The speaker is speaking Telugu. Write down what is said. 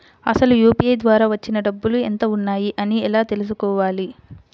అసలు యూ.పీ.ఐ ద్వార వచ్చిన డబ్బులు ఎంత వున్నాయి అని ఎలా తెలుసుకోవాలి?